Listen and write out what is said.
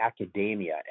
academia